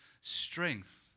strength